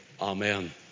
Amen